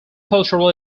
cultural